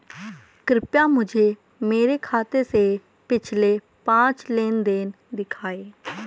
कृपया मुझे मेरे खाते से पिछले पांच लेनदेन दिखाएं